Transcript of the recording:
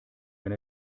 wenn